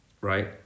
right